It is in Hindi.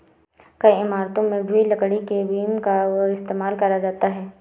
कई इमारतों में भी लकड़ी के बीम का इस्तेमाल करा जाता है